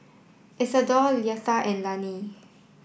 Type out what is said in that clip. Isadore Leitha and Lani